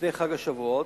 שלפני חג השבועות.